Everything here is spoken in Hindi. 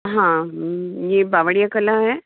हाँ ये बावड़िया कला है